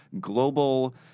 global